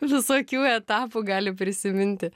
visokių etapų gali prisiminti